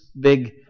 big